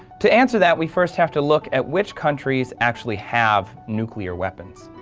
to answer that we first have to look at which countries actually have nuclear weapons.